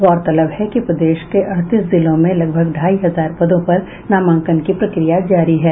गौरतलब है कि प्रदेश के अड़तीस जिलों में लगभग ढाई हजार पदों पर नामांकन की प्रक्रिया जारी है